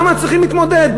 למה צריכים להתמודד?